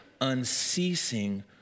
unceasing